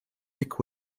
nick